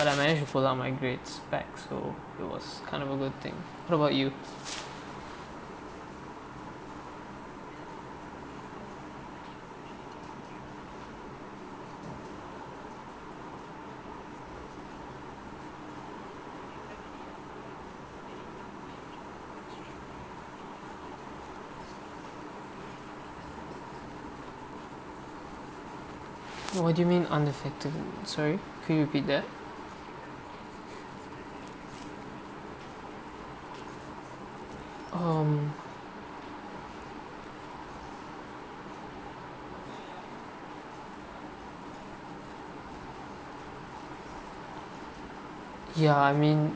but I'm manage to follow up my grades back so it was kind of a good thing what about you what do you mean underfactor~ sorry could you repeat that um ya I mean